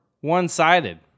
one-sided